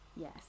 Yes